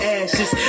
ashes